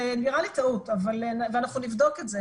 זה נראה לי טעות ואנחנו נבדוק את זה,